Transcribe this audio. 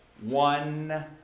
one